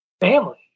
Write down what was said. family